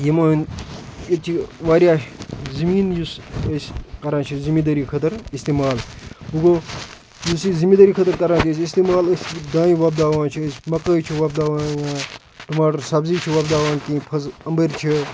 یِمَن ییٚتہِ چھِ واریاہ زٔمیٖن یُس أسۍ کَران چھِ زٔمیٖندٲری خٲطرٕ اِستعمال وۄنۍ گوٚو یُس یہِ زٔمیٖندٲری خٲطرٕ کَران چھِ أسۍ اِستعمال أسۍ دانہِ وۄپداوان چھِ أسۍ مَکٲے چھِ وۄپداوان یا ٹماٹَر سبزی چھِ وۄپداوان کیٚنٛہہ فَضہٕ اَمبٕرۍ چھِ